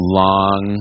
long